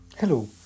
Hello